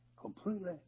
completely